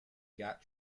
got